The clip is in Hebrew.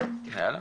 תודה רבה.